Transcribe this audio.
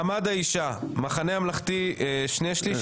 מעמד האישה המחנה הממלכתי שני שליש,